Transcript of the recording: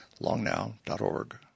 longnow.org